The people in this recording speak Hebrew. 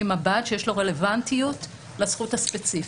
מב"ד שיש לו רלוונטיות לזכות הספציפית.